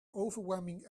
overwhelming